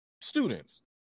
students